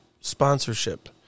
Sponsorship